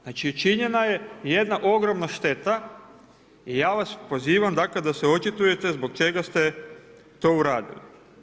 Znači učinjena je jedna ogromna šteta i ja vas pozivam da se očitujete zbog čega ste to uradili.